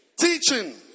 Teaching